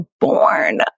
born